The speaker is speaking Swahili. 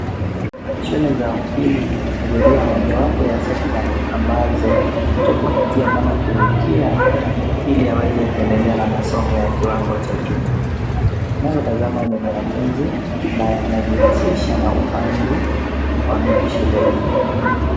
Shule za upili ni kategoria mojawapo ya sekta ambazo mtu hupitia kama kivukia ili aweze kuendelea na masomo ya kiwango cha juu. Unayotazama ni mwanafunzi ambaye anajihusisha na upanzi wa miti shuleni.